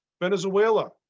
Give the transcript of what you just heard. Venezuela